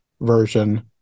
version